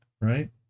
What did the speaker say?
Right